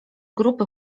grupy